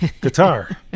guitar